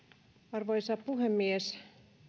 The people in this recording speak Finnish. arvoisa puhemies